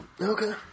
Okay